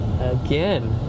Again